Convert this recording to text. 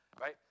right